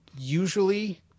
usually